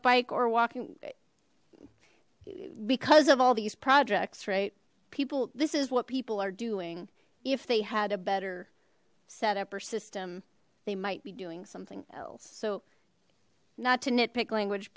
bike or walking because of all these projects right people this is what people are doing if they had a better setup or system they might be doing something else so not to nitpick language